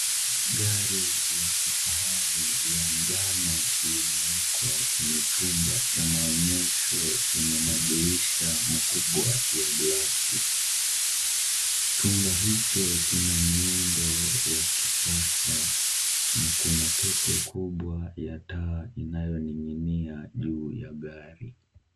Gari la kifahari la njano, limewekwa kwenye chumba cha maonyesho chenye madirisha makubwa ya glasi, chumba hicho kina miundo wa kisasa, na kuna pete kubwa ya taa inayoning'inia juu ya gari.